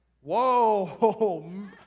Whoa